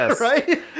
right